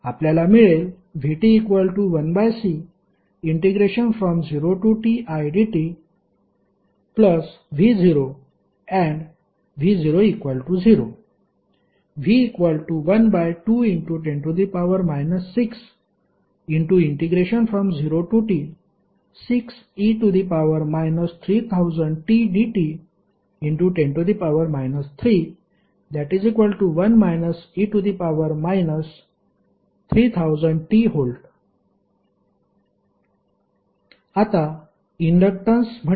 आपल्याला मिळेल vt1C0tidtv and v00 v1210 60t6e 3000tdt10 31 e 3000tV आता इंडक्टन्स म्हणजे तिसऱ्या एलेमेंट्सवर जाऊ